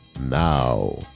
now